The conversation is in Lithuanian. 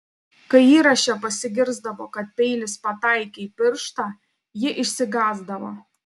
kai įraše pasigirsdavo kad peilis pataikė į pirštą ji išsigąsdavo